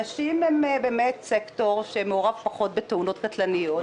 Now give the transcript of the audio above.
נשים הן סקטור שמעורב פחות בתאונות דרכים קטלניות,